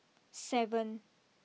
seven